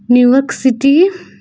New York city